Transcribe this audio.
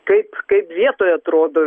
taip kaip vietoj atrodo